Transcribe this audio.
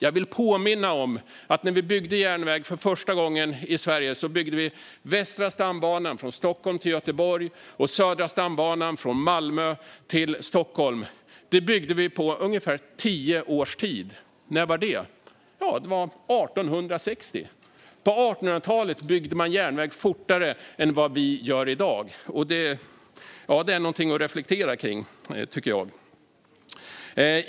Jag vill påminna om att när vi byggde järnväg för första gången i Sverige byggde vi Västra stambanan, från Stockholm till Göteborg, och Södra stambanan, från Malmö till Stockholm, på ungefär tio år. När var det? Jo, det var 1860. På 1800-talet byggde man järnväg fortare än vad vi gör i dag, och det är något att reflektera över, tycker jag.